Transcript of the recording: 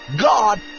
God